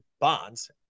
Bonds